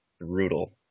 brutal